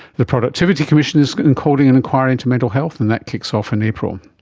the productivity commission is calling an inquiry into mental health, and that kicks off in april.